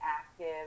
active